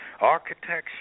architecture